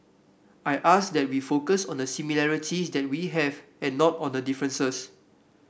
I ask that we focus on the similarities that we have and not on the differences